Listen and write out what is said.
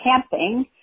camping